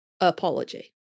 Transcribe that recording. apology